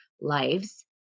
lives